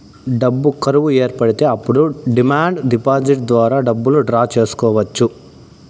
డబ్బు కరువు ఏర్పడితే అప్పుడు డిమాండ్ డిపాజిట్ ద్వారా డబ్బులు డ్రా చేసుకోవచ్చు